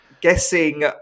guessing